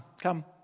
come